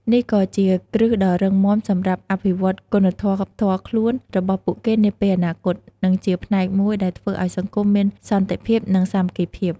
នេះក៏ជាគ្រឹះដ៏រឹងមាំសម្រាប់អភិវឌ្ឍគុណធម៌ផ្ទាល់ខ្លួនរបស់ពួកគេនាពេលអនាគត និងជាផ្នែកមួយដែលធ្វើឱ្យសង្គមមានសន្តិភាព និងសាមគ្គីភាព។